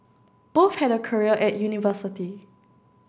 both had a career at university